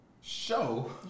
show